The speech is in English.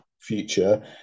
future